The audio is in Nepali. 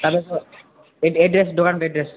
तपाईँको एड् एड्रेस दोकानको एड्रेस